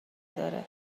داره